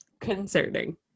concerning